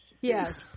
Yes